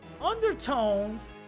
undertones